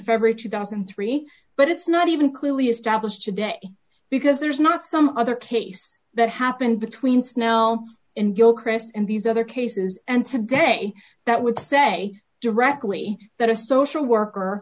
february two thousand and three but it's not even clearly established today because there is not some other case that happened between snell and gilchrist and these other cases and today that would say directly that a social worker